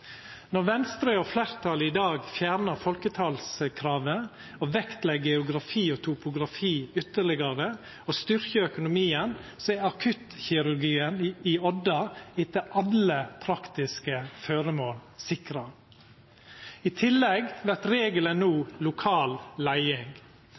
Når Venstre og fleirtalet i dag fjernar folketalskravet og vektlegg geografi og topografi ytterlegare, og styrkjer økonomien, er akuttkirurgien i Odda etter alle praktiske føremål sikra. I tillegg vert regelen